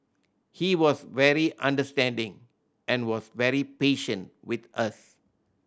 he was very understanding and was very patient with us